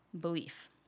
belief